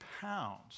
pounds